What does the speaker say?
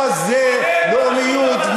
ואל תלמדו אותנו מה זה לאומיות,